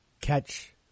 catch